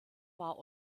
war